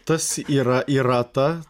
tas yra yra ta